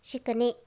शिकणे